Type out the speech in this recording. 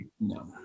No